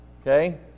okay